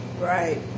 right